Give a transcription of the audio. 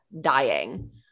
dying